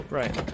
right